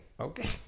okay